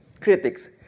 critics